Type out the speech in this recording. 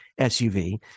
SUV